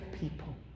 people